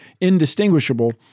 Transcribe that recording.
indistinguishable